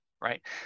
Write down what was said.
right